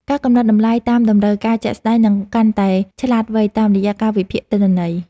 ការកំណត់តម្លៃតាមតម្រូវការជាក់ស្ដែង នឹងកាន់តែឆ្លាតវៃតាមរយៈការវិភាគទិន្នន័យ។